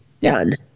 done